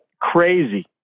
crazy